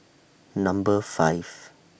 Number five